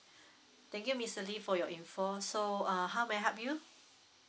thank you mister lee for your info so uh how may I help you